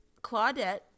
Claudette